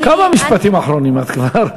כמה משפטים אחרונים את כבר?